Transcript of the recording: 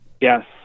Yes